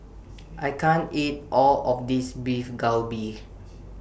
I can't eat All of This Beef Galbi